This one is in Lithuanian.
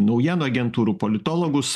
naujienų agentūrų politologus